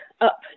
up